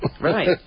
right